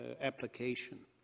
application